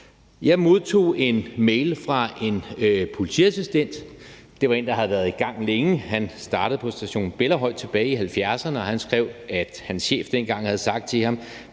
Jeg modtog en mail fra en politiassistent. Han havde været i gang længe; han startede på Station Bellahøj tilbage i 1970'erne, og han skrev, at hans chef dengang havde sagt til ham: